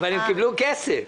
הם קיבלו כסף,